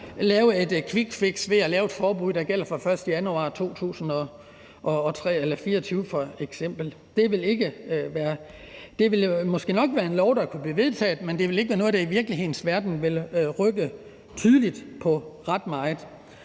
lave et quickfix ved at lave et forbud, der f.eks. gælder fra den 1. januar 2024. Det ville måske nok være en lov, der kunne blive vedtaget, men det ville ikke være noget, der i virkelighedens verden ville rykke tydeligt på ret meget.